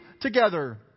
together